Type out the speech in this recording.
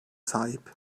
sahip